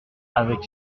avec